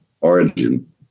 origin